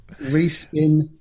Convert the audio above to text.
respin